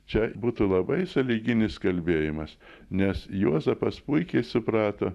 čia būtų labai sąlyginis kalbėjimas nes juozapas puikiai suprato